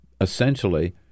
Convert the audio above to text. essentially